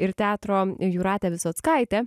ir teatro jūrate visockaite